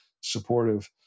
supportive